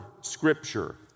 Scripture